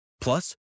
Plus